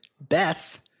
Beth